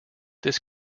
this